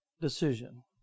decision